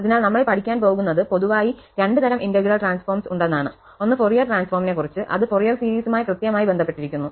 അതിനാൽ നമ്മൾ പഠിക്കാൻ പോകുന്നത് പൊതുവായി രണ്ട് തരം ഇന്റഗ്രൽ ട്രാൻസ്ഫോംസ് ഉണ്ടെന്നാണ് ഒന്ന് ഫൊറിയർ ട്രാൻസ്ഫോമിനെക്കുറിച്ച് അത് ഫൊറിയർ സീരീസുമായി കൃത്യമായി ബന്ധപ്പെട്ടിരിക്കുന്നു